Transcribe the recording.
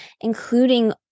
including